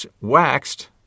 waxed